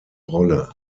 rolle